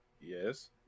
Yes